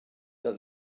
that